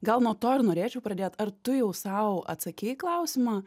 gal nuo to ir norėčiau pradėt ar tu jau sau atsakei į klausimą